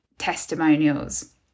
Testimonials